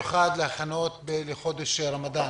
הכנות לחודש הרמדאן.